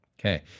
Okay